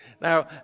Now